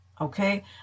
okay